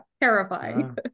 terrifying